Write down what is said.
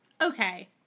okay